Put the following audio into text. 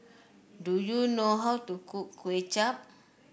do you know how to cook Kway Chap